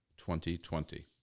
2020